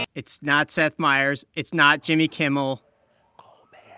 and it's not seth meyers. it's not jimmy kimmel colbert.